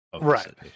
Right